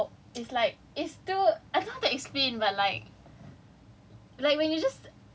no but do you understand the concept of burnout it's like it's still I don't know how to explain but like